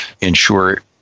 ensure